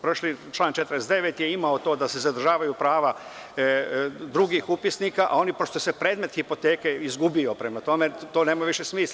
Prošli član 49. je imao to da se zadržavaju prava drugih upisnika, ali pošto se predmet hipoteke izgubio, prema tome, to nema više smisla.